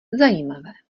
zajímavé